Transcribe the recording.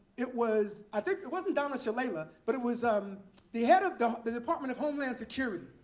it was i think it wasn't donna shalala. but it was um the head of the department of homeland security.